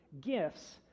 gifts